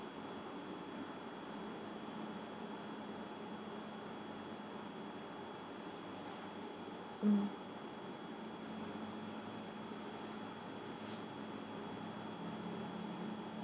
mm